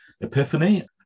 Epiphany